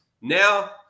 Now